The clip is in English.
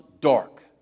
dark